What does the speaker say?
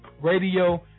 Radio